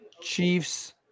Chiefs